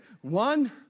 One